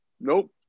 Nope